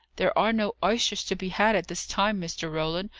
there are no oysters to be had at this time, mr. roland,